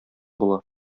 була